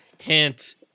hint